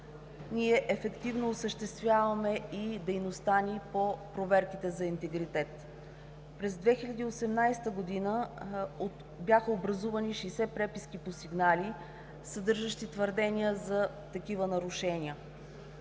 ефективно осъществяваме и дейността ни по проверките за интегритет. През 2018 г. бяха образувани 60 преписки по сигнали, съдържащи твърдения за такива нарушения.